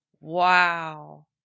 Wow